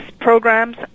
programs